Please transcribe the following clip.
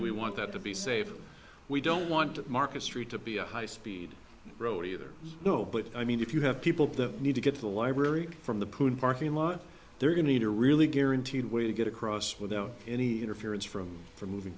we want that to be safe we don't want to market street to be a high speed road either you know but i mean if you have people that need to get to the library from the parking lot they're going to need a really guaranteed way to get across without any interference from from moving